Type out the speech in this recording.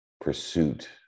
pursuit